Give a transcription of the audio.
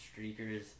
streakers